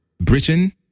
Britain